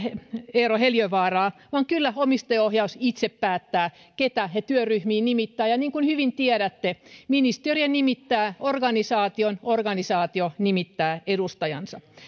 eero heliövaaraa vaan kyllä omistajaohjaus itse päättää keitä he työryhmiin nimittävät niin kuin hyvin tiedätte ministeriö nimittää organisaation ja organisaatio nimittää edustajansa